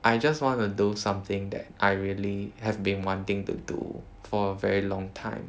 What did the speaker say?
I just wanna do something that I really have been wanting to do for a very long time